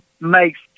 makes